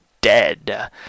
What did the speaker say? dead